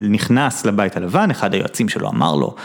נכנס לבית הלבן, אחד היועצים שלו אמר לו